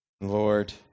Lord